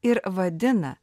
ir vadina